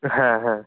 হ্যাঁ হ্যাঁ